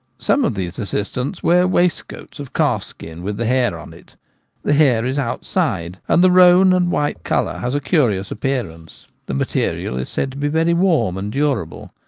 some of these assistants wear waistcoats of calfskin with the hair on it the hair is outside, and the roan-and-white colour has a curious appearance the material is said to be very warm and durable.